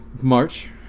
March